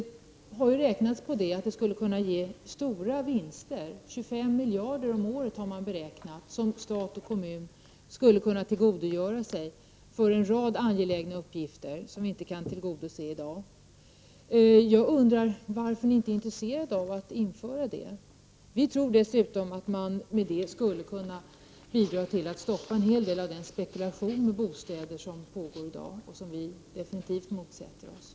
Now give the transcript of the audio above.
Man har ju räknat ut att det skulle bli stora vinster, 25 miljarder kronor om året, som stat och kommun skulle kunna ta in och därmed få medel för en rad angelägna uppgifter som inte kan klaras i dag. Jag undrar varför ni inte är intresserade av att införa en sådan avgift. Dessutom tror vi att man på detta sätt skulle kunna stoppa en hel del av den spekulation i bostäder som pågår i dag och som vi bestämt vänder oss emot.